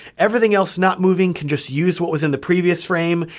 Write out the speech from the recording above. everything else not moving can just use what was in the previous frame,